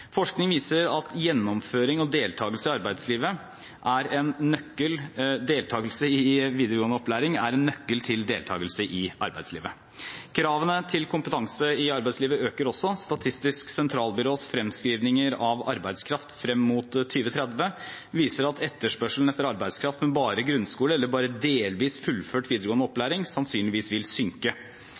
Forskning viser at gjennomføring av videregående opplæring er en nøkkel til deltakelse i arbeidslivet. Kravene til kompetanse i arbeidslivet øker også. Statistisk sentralbyrås fremskriving av arbeidskraft frem mot 2030 viser at etterspørselen etter arbeidskraft med bare grunnskole eller bare delvis fullført videregående opplæring sannsynligvis vil synke.